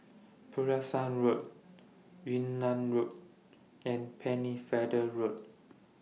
Pulasan Road Yunnan Road and Pennefather Road